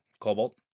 Cobalt